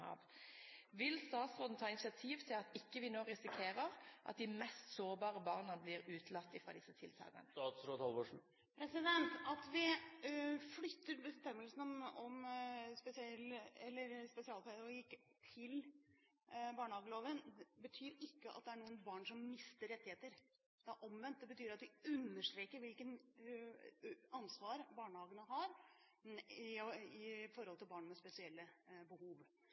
Vil statsråden ta initiativ, slik at vi nå ikke risikerer at de mest sårbare barna blir utelatt fra disse tiltakene? At vi flytter bestemmelsen om spesialpedagogikk til barnehageloven, betyr ikke at det er noen barn som mister rettigheter. Det er omvendt. Det betyr at vi understreker hvilket ansvar barnehagene har for barn med spesielle behov. De barna som går i barnehagen, kan få muligheten til